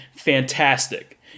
fantastic